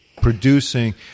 producing